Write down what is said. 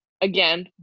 again